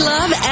Love